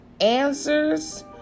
answers